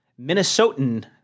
Minnesotan